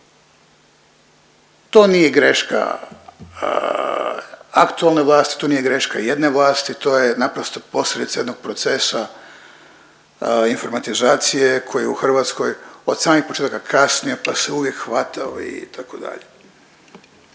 To nije greška aktualne vlasti, to nije greška jedne vlasti, to je naprosto posljedica jednog procesa informatizacije koji u Hrvatskoj od samih početaka kasni pa se uvijek hvatao, itd.